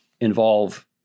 involve